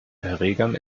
erregern